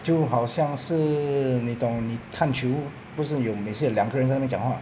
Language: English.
就好像是你懂你看球不是有每次有两个人在那边讲话